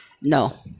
No